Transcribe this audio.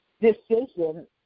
decision